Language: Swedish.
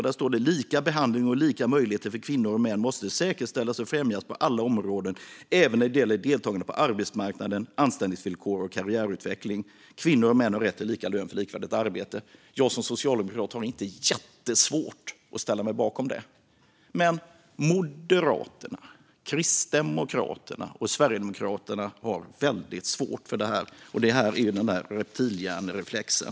Där står det att lika behandling och lika möjligheter för kvinnor och män måste säkerställas och främjas på alla områden, även när det gäller deltagande på arbetsmarknaden, anställningsvillkor och karriärutveckling. Kvinnor och män har rätt till lika lön för likvärdigt arbete. Jag som socialdemokrat har inte jättesvårt att ställa mig bakom detta. Men Moderaterna, Kristdemokraterna och Sverigedemokraterna har väldigt svårt för det, och det handlar om reptilhjärnereflexen.